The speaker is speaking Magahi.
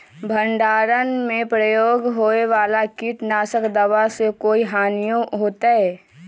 भंडारण में प्रयोग होए वाला किट नाशक दवा से कोई हानियों होतै?